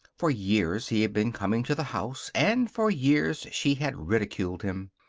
for years he had been coming to the house and for years she had ridiculed him.